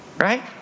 right